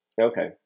Okay